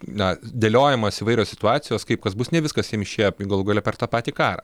na dėliojamos įvairios situacijos kaip kas bus ne viskas jiem išėjo galų gale per tą patį karą